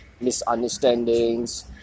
misunderstandings